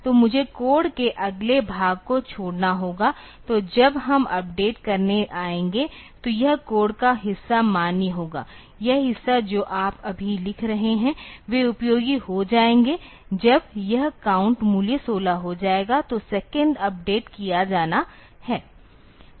तो मुझे कोड के अगले भाग को छोड़ना होगा तो जब हम अपडेट करने आएंगे तो यह कोड का हिस्सा मान्य होगा यह हिस्सा जो आप अभी लिख रहे हैं वे उपयोगी हो जाएंगे जब यह काउंट मूल्य 16 हो जाएगा तो सेकंड अपडेट किया जाना है